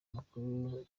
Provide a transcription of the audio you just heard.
makuru